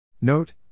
note